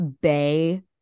Bay